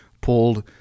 Pulled